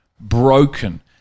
broken